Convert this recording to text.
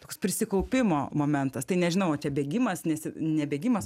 toks prisikaupimo momentas tai nežinau čia bėgimas nesi ne bėgimas